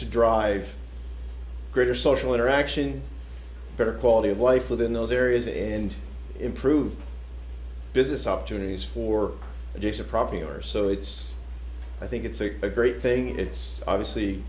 to drive greater social interaction better quality of life within those areas and improved business opportunities for adjacent property or so it's i think it's a great thing it's obviously